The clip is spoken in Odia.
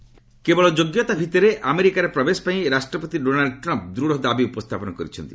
ଟ୍ରମ୍ ଆଡ୍ରେସ୍ କେବଳ ଯୋଗ୍ୟତା ଭିତ୍ତିରେ ଆମେରିକାରେ ପ୍ରବେଶ ପାଇଁ ରାଷ୍ଟ୍ରପତି ଡୋନାଲ୍ଡ୍ ଟ୍ରମ୍ପ୍ ଦୃଢ଼ ଦାବି ଉପସ୍ଥାପନ କରିଛନ୍ତି